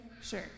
Sure